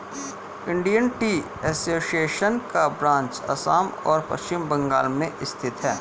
Indian tea association का branch Assam और पश्चिम बंगाल में स्थित है